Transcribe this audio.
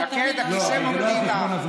זה תמיד, שקד, הכיסא ממתין לך.